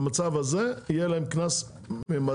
במצב הזה יהיה להם קנס מרתיע,